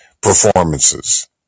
performances